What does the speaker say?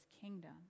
kingdom